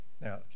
Now